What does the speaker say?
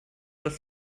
das